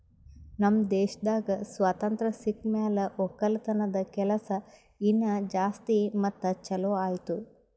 ನಮ್ ದೇಶದಾಗ್ ಸ್ವಾತಂತ್ರ ಸಿಕ್ ಮ್ಯಾಲ ಒಕ್ಕಲತನದ ಕೆಲಸ ಇನಾ ಜಾಸ್ತಿ ಮತ್ತ ಛಲೋ ಆಯ್ತು